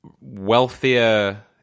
wealthier